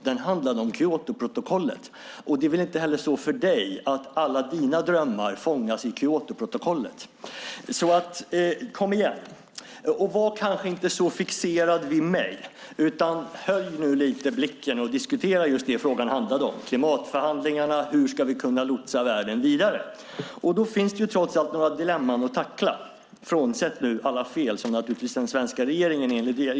Den handlade om Kyotoprotokollet. Det är väl inte heller så att alla dina drömmar fångas i Kyotoprotokollet. Så kom igen! Och var inte så fixerad vid mig, utan höj blicken och diskutera just det frågan handlade om: klimatförhandlingarna och hur vi ska kunna lotsa världen vidare. Då finns det trots allt några dilemman att tackla - frånsett alla fel som den svenska regeringen gör enligt er.